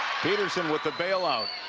petersen with the bail out.